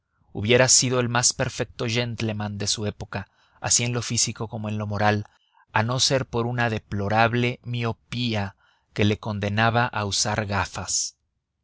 hubiera sido el más perfecto gentleman de su época así en lo físico como en lo moral a no ser por una deplorable miopía que le condenaba a usar gafas